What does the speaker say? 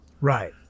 Right